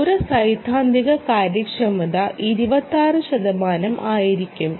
സൌര സൈദ്ധാന്തിക കാര്യക്ഷമത 26 ശതമാനം ആയിരിക്കും